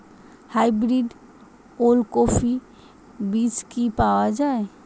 Hybrid ওলকফি বীজ কি পাওয়া য়ায়?